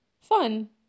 fun